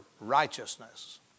righteousness